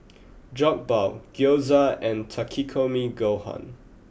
Jokbal Gyoza and Takikomi Gohan